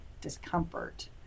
discomfort